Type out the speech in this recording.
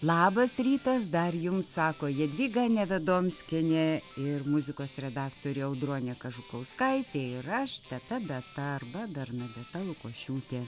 labas rytas dar jums sako jadvyga nevedomskienė ir muzikos redaktorė audronė kažukauskaitė ir aš teta beta arba bernadeta lukošiūtė